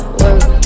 work